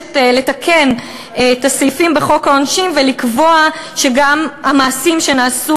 מבקשת לתקן את הסעיפים בחוק העונשין ולקבוע שגם מעשים שנעשו